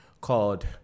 called